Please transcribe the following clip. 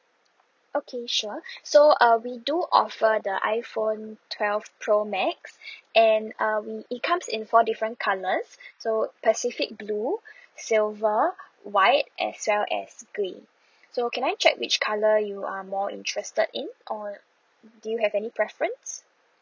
okay sure so uh we do offer the iphone twelve pro max and uh we it comes in four different colours so pacific blue silver white as well as grey so can I check which colour you are more interested in or do you have any preference